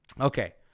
Okay